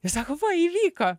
ir sako va įvyko